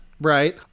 right